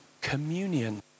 communion